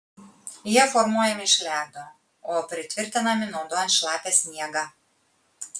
jie formuojami iš ledo o pritvirtinami naudojant šlapią sniegą